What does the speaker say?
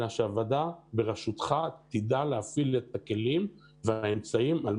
אלא שהוועדה בראשותך תדע להפעיל את הכלים והאמצעים על